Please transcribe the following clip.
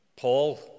Paul